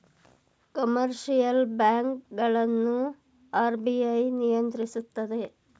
commercial bank ಗಳನ್ನು RBI ನಿಯಂತ್ರಿಸುತ್ತದೆ